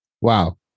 Wow